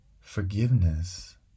forgiveness